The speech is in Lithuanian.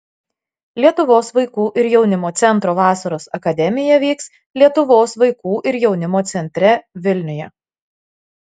lietuvos vaikų ir jaunimo centro vasaros akademija vyks lietuvos vaikų ir jaunimo centre vilniuje